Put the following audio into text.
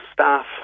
staff